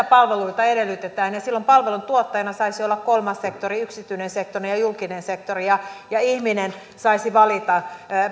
palveluita edellytetään ja silloin palveluntuottajana saisi olla kolmas sektori yksityinen sektori ja julkinen sektori ja ja ihminen saisi valita